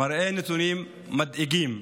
מראים נתונים מדאיגים.